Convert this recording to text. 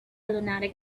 lunatic